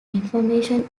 information